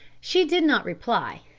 she did not reply,